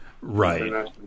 Right